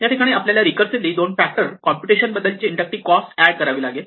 या ठिकाणी आपल्याला रीकर्सीव्हली दोन फॅक्टर कॉम्प्युटेशन बद्दलची इंडक्टिव्ह कॉस्ट ऍड करावी लागेल